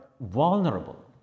vulnerable